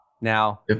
now